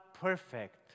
perfect